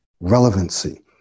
relevancy